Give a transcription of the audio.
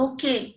Okay